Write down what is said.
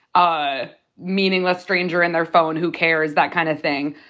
a meaningless stranger in their phone who cares, that kind of thing.